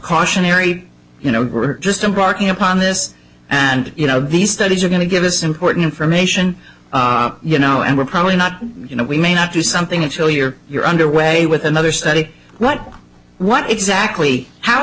cautionary you know we're just embarking upon this and you know these studies are going to give us important information you know and we're probably not you know we may not do something until you're you're underway with another study what what exactly how